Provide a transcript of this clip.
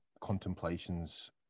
contemplations